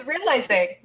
realizing